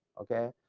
okay?